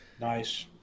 nice